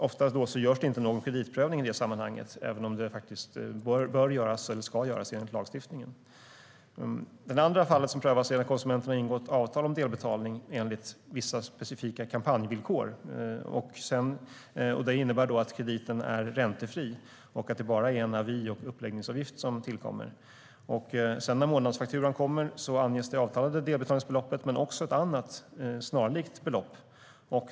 Ofta görs det då inte någon kreditprövning, även om det faktiskt bör eller ska göras enligt lagstiftningen. I det andra fall som prövas har konsumenten ingått avtal om delbetalning enligt vissa specifika kampanjvillkor som innebär att krediten är räntefri och att det bara är avi och uppläggningsavgift som tillkommer. När sedan månadsfakturan kommer anges det avtalade delbetalningsbeloppet, men också ett annat snarlikt belopp.